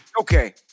Okay